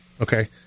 okay